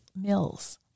mills